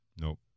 Nope